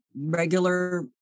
regular